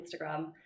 Instagram